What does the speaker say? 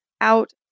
out